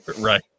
Right